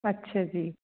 ਅੱਛਾ ਜੀ